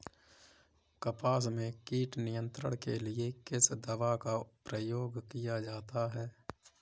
कपास में कीट नियंत्रण के लिए किस दवा का प्रयोग किया जाता है?